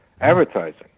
advertising